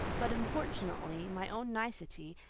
but unfortunately my own nicety,